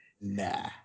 Nah